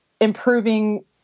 improving